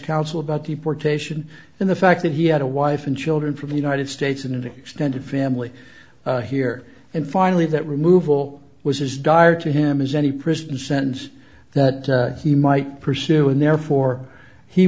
counsel about deportation and the fact that he had a wife and children from the united states an extended family here and finally that removal was as dire to him as any prison sentence that he might pursue and therefore he